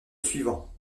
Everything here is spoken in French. suivant